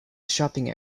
shopping